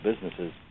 businesses